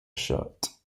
shot